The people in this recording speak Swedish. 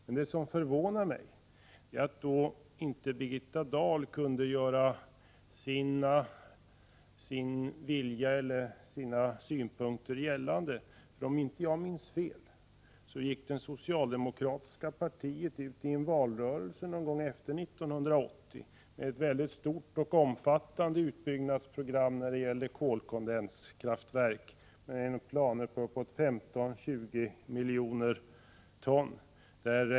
Men det som förvånar mig är att Birgitta Dahl inte kunde göra sina synpunkter gällande. Om jag inte minns fel gick det socialdemokratiska partiet ut i en valrörelse någon gång efter 1980 med ett väldigt stort och omfattande utbyggnadsprogram då det gällde kolkondenskraftverk, med planer på att det skulle produceras 15-20 miljoner ton.